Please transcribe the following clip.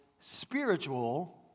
spiritual